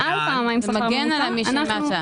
מעל פעמיים שכר ממוצע אנחנו --- זה מגן על מי שלמטה.